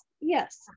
yes